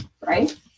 right